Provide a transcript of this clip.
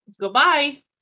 Goodbye